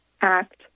act